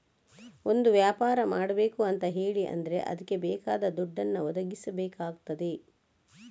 ಒಂದು ವ್ಯಾಪಾರ ಮಾಡ್ಬೇಕು ಅಂತ ಹೇಳಿ ಆದ್ರೆ ಅದ್ಕೆ ಬೇಕಾದ ದುಡ್ಡನ್ನ ಒದಗಿಸಬೇಕಾಗ್ತದೆ